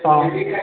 ହଁ